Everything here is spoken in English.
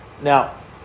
Now